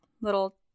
little